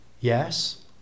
Yes